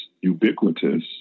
ubiquitous